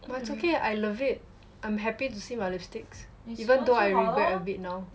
but it's okay I love it I'm happy to see my lipsticks even though I regret a bit now